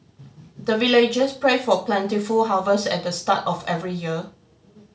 the villagers pray for plentiful harvest at the start of every year